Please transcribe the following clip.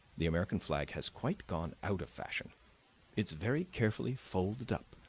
the american flag has quite gone out of fashion it's very carefully folded up,